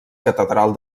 catedral